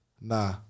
Nah